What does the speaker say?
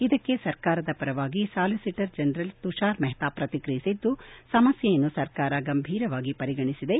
ಇದಕ್ಕೆ ಸರಕಾರದ ಪರವಾಗಿ ಸಾಲಿಸಿಟರ್ ಜನರಲ್ ತುಷಾರ್ ಮೆಪ್ತಾ ಪ್ರಕಿಕ್ರಿಯಿಸಿದ್ದು ಸಮಸ್ಥೆಯನ್ನು ಸರಕಾರ ಗಂಭೀರವಾಗಿ ಪರಿಗಣಿಸಿದೆ